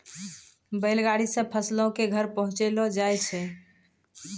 बैल गाड़ी से फसलो के घर पहुँचैलो जाय रहै